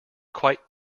quite